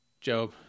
Job